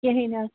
کہیٖنۍ نہ حظ